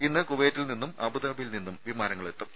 ഇന്ന് കുവൈത്തിൽനിന്നും അബുദാബിയിൽ നിന്നും വിമാനങ്ങൾ വരും